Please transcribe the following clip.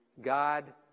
God